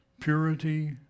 purity